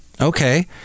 Okay